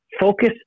Focus